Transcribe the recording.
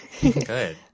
Good